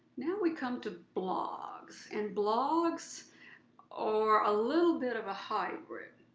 now we come to blogs, and blogs are a little bit of a hybrid.